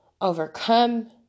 overcome